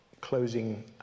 closing